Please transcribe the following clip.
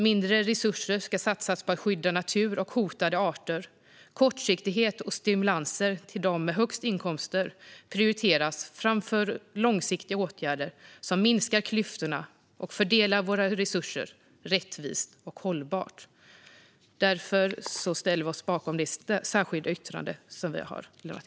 Mindre resurser ska satsas på att skydda natur och hotade arter. Kortsiktighet och stimulanser till dem med högst inkomster prioriteras framför långsiktiga åtgärder som minskar klyftorna och fördelar våra resurser rättvist och hållbart. Vi ställer oss därför bakom det särskilda yttrande som vi har lämnat.